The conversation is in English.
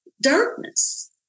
darkness